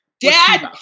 dad